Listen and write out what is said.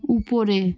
উপরে